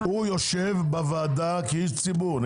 הוא יושב בוועדה כאיש ציבור.